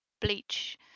bleach